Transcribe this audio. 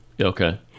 Okay